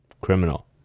criminal